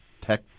tech